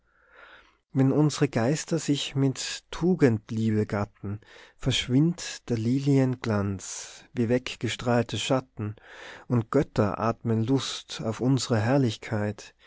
wenn unsre geister sich mit tugendliebe gatten verschwindet der lilien glanz wie weggestrahlte schatten und götter atmen luft auf unsre herrlichkeit